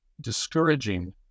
discouraging